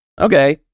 okay